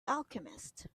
alchemist